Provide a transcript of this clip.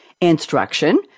instruction